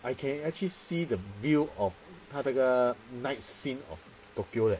I can actually see the view of 他那个 night scene of tokyo eh